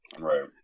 right